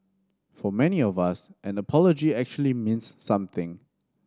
for many of us an apology actually means something